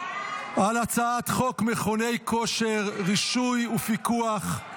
על הצעת חוק מכוני כושר (רישוי ופיקוח)